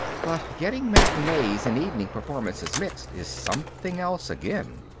but getting matinees and evening performances mixed is something else again.